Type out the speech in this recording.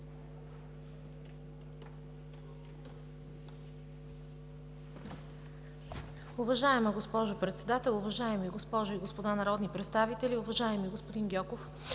Уважаема госпожо Председател, уважаеми госпожи и господа народни представители! Уважаеми господин Гьоков,